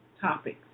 topics